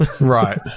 Right